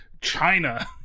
China